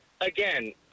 again